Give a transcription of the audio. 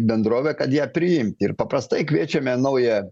bendrovę kad ją priimti ir paprastai kviečiame naują